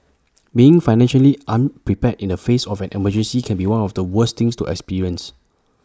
being financially unprepared in the face of an emergency can be one of the worst things to experience